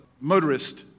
motorist